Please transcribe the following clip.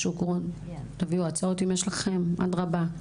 תביאו הצעות אם יש לכן, אדרבא.